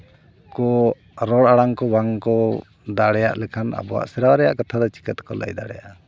ᱠᱚ ᱨᱚᱲ ᱟᱲᱟᱝ ᱠᱚ ᱵᱟᱝ ᱠᱚ ᱫᱟᱲᱮᱭᱟᱜ ᱞᱮᱠᱷᱟᱱ ᱟᱵᱚᱣᱟᱜ ᱥᱮᱨᱣᱟ ᱨᱮᱭᱟᱜ ᱠᱟᱛᱷᱟ ᱫᱚ ᱪᱤᱠᱟᱹ ᱛᱮᱠᱚ ᱞᱟᱭ ᱫᱟᱲᱮᱭᱟᱜᱼᱟ